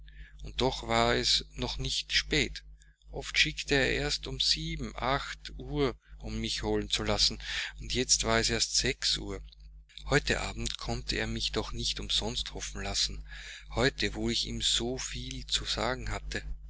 und doch war es noch nicht spät oft schickte er erst um sieben acht uhr um mich holen zu lassen und jetzt war es erst sechs uhr heute abend konnte er mich doch nicht umsonst hoffen lassen heute wo ich ihm so viel zu sagen hatte